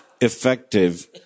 effective